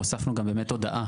והוספנו גם באמת הודעה